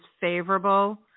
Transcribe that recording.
favorable